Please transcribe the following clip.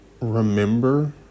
Remember